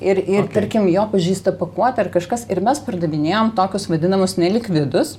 ir ir tarkim jo pažeista pakuotė ar kažkas ir mes pardavinėjom tokius vadinamus nelikvidus